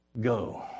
go